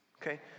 okay